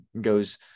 goes